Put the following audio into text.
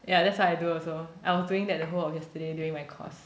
ya that's what I do also I was doing that the whole of yesterday during my course